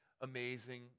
amazing